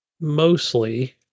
mostly